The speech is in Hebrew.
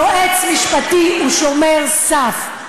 יועץ משפטי הוא שומר סף,